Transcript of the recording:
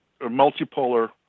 multipolar